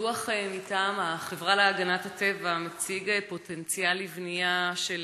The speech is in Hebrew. דוח מטעם החברה להגנת הטבע מציג פוטנציאל לבנייה של